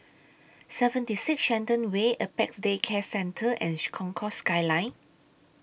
seventy six Shenton Way Apex Day Care Centre and Concourse Skyline